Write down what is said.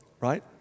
right